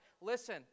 Listen